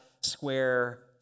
square